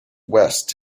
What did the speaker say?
west